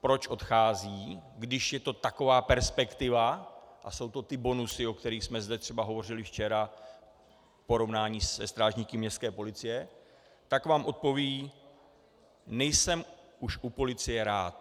proč odcházejí, když je to taková perspektiva a jsou tu ty bonusy, o kterých jsme zde třeba hovořili včera v porovnání se strážníky městské policie, tak vám odpovědí: Nejsem už u policie rád.